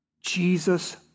Jesus